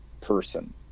person